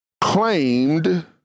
claimed